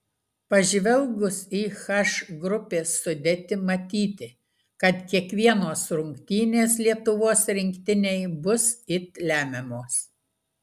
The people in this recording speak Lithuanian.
pažvelgus į h grupės sudėtį matyti kad kiekvienos rungtynės lietuvos rinktinei bus it lemiamos